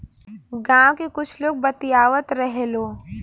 गाँव के कुछ लोग बतियावत रहेलो